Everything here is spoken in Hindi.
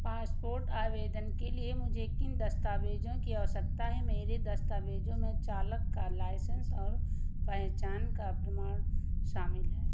पासपोर्ट आवेदन के लिए मुझे किन दस्तावेज़ों की आवश्यकता है मेरे दस्तावेज़ों में चालक का लाइसेंस और पहचान का प्रमाण शामिल है